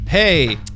Hey